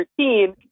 13